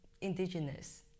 indigenous